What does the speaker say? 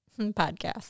Podcast